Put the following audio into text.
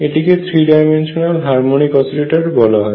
এটিকে three dimensional harmonic oscillator বলা হয়